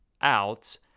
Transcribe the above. out